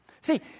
See